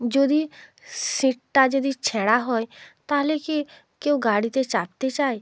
যদি সিটটা যদি ছেঁড়া হয় তাহলে কি কেউ গাড়িতে চাপতে চায়